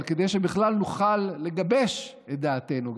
אבל כדי שבכלל נוכל לגבש את דעתנו,